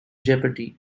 jeopardy